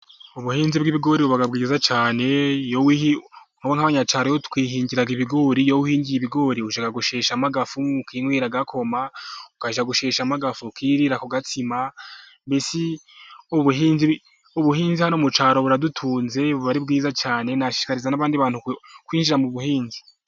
Ubuhinzi bw'ibigori buba bwiza cyane, nk'abacyaro twihingira ibigori, iyo wihingiye ibigori ujya gushesha ukinywera agakoma, ukajya gusheshamo agafu ukirira ako gatsima, mbese ubuhinzi ino mucyaro buradutunze buba ari bwiza cyane kwinjira mu buhinzi.